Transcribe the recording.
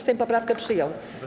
Sejm poprawkę przyjął.